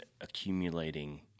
accumulating